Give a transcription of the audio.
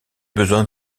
besoin